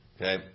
Okay